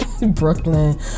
Brooklyn